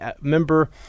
remember